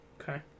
Okay